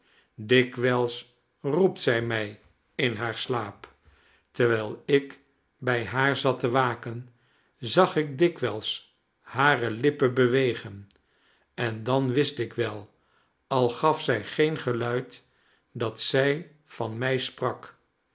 dikwijls roept zij mij in haar slaap terwijl ik bij haar zat te waken zag ik dikwijls hare lippen bewegen en dan wist ik wel al gaf zij geen geluid dat zij van mij sprak